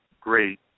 great